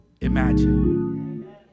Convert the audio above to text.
imagine